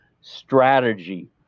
strategy